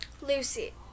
Lucy